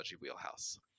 wheelhouse